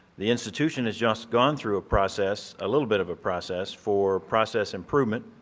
the institution has just gone through a process, a little bit of a process for process improvement.